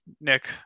Nick